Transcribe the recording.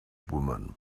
woman